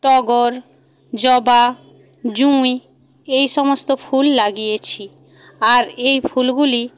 টগর জবা জুঁই এই সমস্ত ফুল লাগিয়েছি আর এই ফুলগুলি